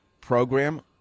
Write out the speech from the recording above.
program